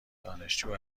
دانشجو